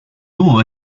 dúo